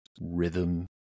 rhythm